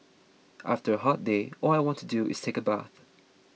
after a hot day all I want to do is take a bath